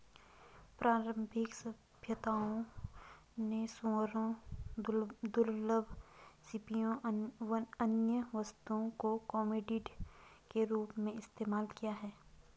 प्रारंभिक सभ्यताओं ने सूअरों, दुर्लभ सीपियों, अन्य वस्तुओं को कमोडिटी के रूप में इस्तेमाल किया